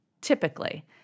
typically